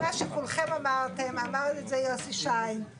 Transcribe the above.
הסתייגות שאני מוסיפה עכשיו בעל-פה.